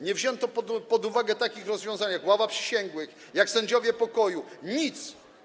Nie wzięto pod uwagę takich rozwiązań jak ława przysięgłych, jak sędziowie pokoju, niczego.